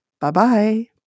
Bye-bye